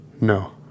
No